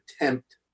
attempt